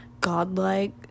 godlike